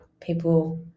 people